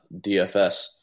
DFS